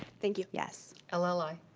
thank you. yes. ah lli?